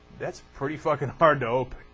that's pretty fuckin pardo